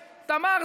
תמר,